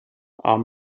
are